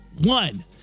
one